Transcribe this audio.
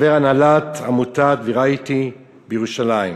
חבר הנהלת עמותת "וראייטי" בירושלים.